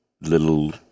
little